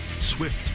Swift